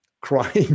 crying